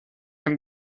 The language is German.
ein